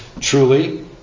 truly